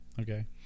Okay